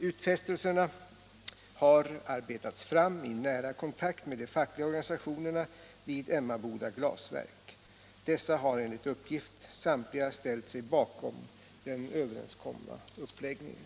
Utfästelserna har arbetats fram i nära kontakt med de fackliga organisationerna vid Emmaboda Glasverk. Dessa har enligt uppgift samtliga ställt sig bakom den överenskomna uppläggningen.